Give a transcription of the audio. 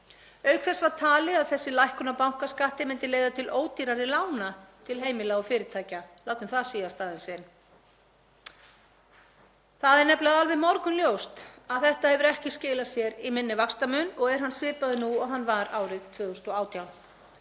Auk þess var talið að þessi lækkun á bankaskatti myndi leiða til ódýrari lána til heimila og fyrirtækja — látum það síast aðeins inn. Það er nefnilega morgunljóst að þetta hefur ekki skilað sér í minni vaxtamun og er hann svipaður nú og hann var árið 2018.